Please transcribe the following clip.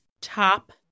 top